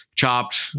chopped